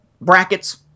brackets